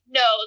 no